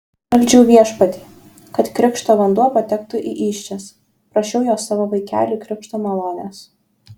meldžiau viešpatį kad krikšto vanduo patektų į įsčias prašiau jo savo vaikeliui krikšto malonės